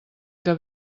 que